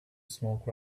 smoke